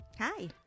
Hi